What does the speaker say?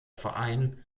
verein